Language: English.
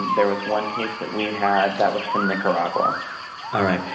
there was one case that we had that was from nicaragua all right.